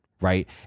Right